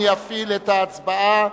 אני אפעיל את ההצבעה.